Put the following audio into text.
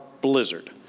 blizzard